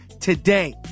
today